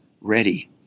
ready